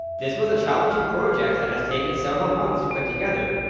this was a challenging project that has taken several months to put together,